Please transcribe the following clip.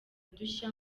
udushya